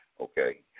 okay